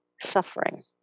suffering